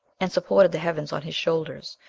and supported the heavens on his shoulders,